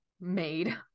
made